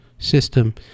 System